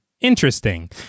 Interesting